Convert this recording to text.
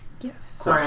Yes